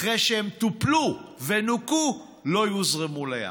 אחרי שהם טופלו ונוקו, לא יוזרמו לים.